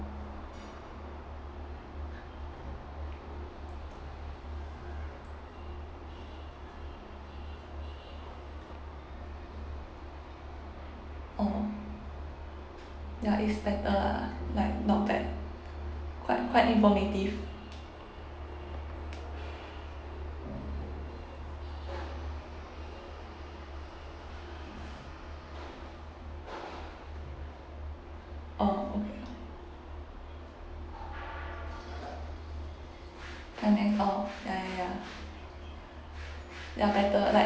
orh ya it's better lah like not bad quite quite informative orh okay ya ya ya ya better like